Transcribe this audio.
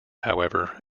however